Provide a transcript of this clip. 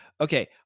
Okay